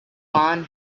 pan